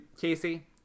Casey